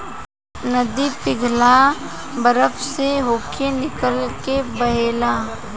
नदी पिघल बरफ से होके निकल के बहेला